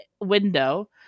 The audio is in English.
window